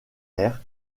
air